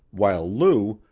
while lou,